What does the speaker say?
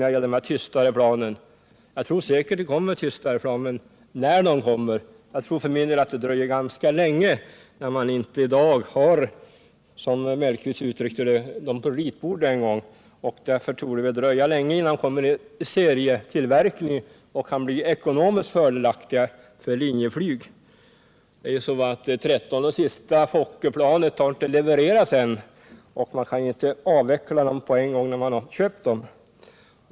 Jag tror säkert att det kommer tystare plan, men frågan är när de kommer. Jag tror för min del att det dröjer ganska länge, eftersom man i dag inte en gång har dem på ritbordet, som Sven Mellqvist uttryckte det. Därför torde det dröja innan de kommer i serietillverkning och kan bli ekonomiskt fördelaktiga för Linjeflyg. Det trettonde och sista Fokkerplanet har ännu inte levererats, och man kan ju inte avveckla dem direkt när man har fått dem.